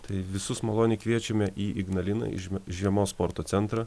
tai visus maloniai kviečiame į ignaliną į žiemos sporto centrą